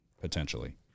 potentially